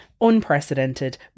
unprecedented